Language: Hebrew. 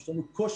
יש לנו קושי